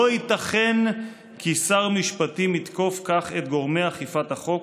לא ייתכן כי שר משפטים יתקוף כך את גורמי אכיפת החוק